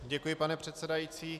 Děkuji, pane předsedající.